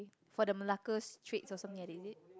for the Malacca-straits or something like that is it